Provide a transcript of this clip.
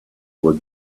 were